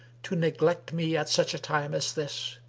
to neglect me at such a time as this?